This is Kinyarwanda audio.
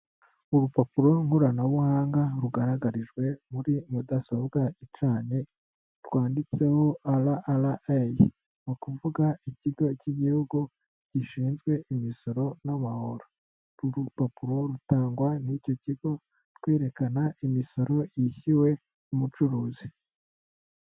Urupapuro koranabuhanga rugaragarijwe muri mudasobwa icanye rwanditseho ara ara eyi ni ukuvuga ikigo cy'igihugu gishinzwe imisoro n'amahoro, uru rupapuro rutangwa n'icyo kigo rwerekana imisoro yishyuwe n'umucuruzi.